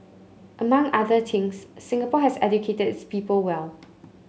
among other things Singapore has educated its people well